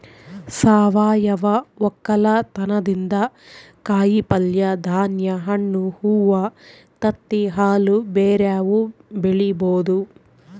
ಸಾವಯವ ವಕ್ಕಲತನದಿಂದ ಕಾಯಿಪಲ್ಯೆ, ಧಾನ್ಯ, ಹಣ್ಣು, ಹೂವ್ವ, ತತ್ತಿ, ಹಾಲು ಬ್ಯೆರೆವು ಬೆಳಿಬೊದು